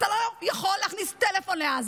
אתה לא יכול להכניס טלפון לעזה.